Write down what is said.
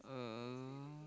uh